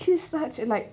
like